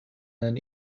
then